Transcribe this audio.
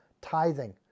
Tithing